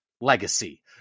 legacy